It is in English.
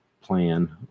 plan